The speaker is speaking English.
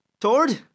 Tord